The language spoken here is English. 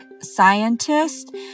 scientist